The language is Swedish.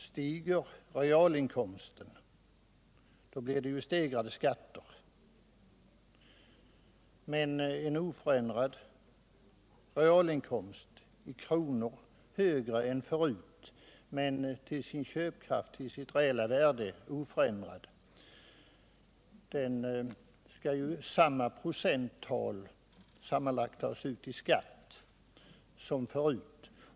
Stiger realinkomsten blir det stegrad skatt, men av en inkomst som i kronor är högre än förut men till sin köpkraft och alltså till sitt reella värde är oförändrad skall sammanlagt samma procenttal tas ut i skatt som förut.